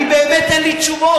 באמת אין לי תשובות,